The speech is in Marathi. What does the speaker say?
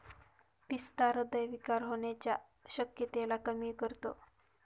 पिस्ता हृदय विकार होण्याच्या शक्यतेला कमी करतो